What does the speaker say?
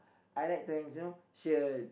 I like to hangs to you know shirt